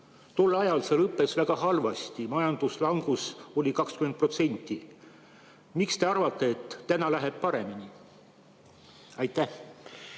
Tol ajal see lõppes väga halvasti, majanduslangus oli 20%. Miks te arvate, et nüüd läheb paremini? Aitäh!